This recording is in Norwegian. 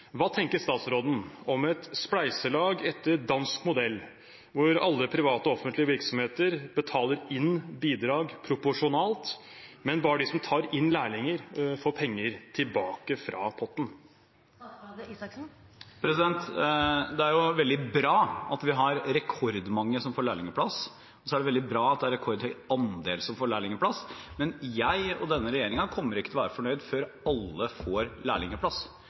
Hva tenker statsråden om et spleiselag etter dansk modell, hvor alle private og offentlige virksomheter betaler inn bidrag proporsjonalt, men bare de som tar inn lærlinger, får penger tilbake fra potten? Det er veldig bra at vi har rekordmange som får lærlingplass. Og så er det veldig bra at det er rekordhøy andel som får lærlingplass. Men jeg og denne regjeringen kommer ikke til å være fornøyd før alle får